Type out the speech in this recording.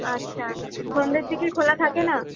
আচ্ছা সন্ধ্যের দিকে খোলা থাকে না